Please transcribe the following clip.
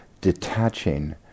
detaching